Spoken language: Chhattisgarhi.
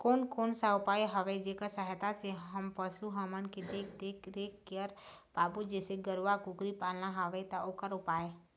कोन कौन सा उपाय हवे जेकर सहायता से हम पशु हमन के देख देख रेख कर पाबो जैसे गरवा कुकरी पालना हवे ता ओकर उपाय?